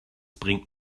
bringt